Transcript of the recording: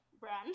brand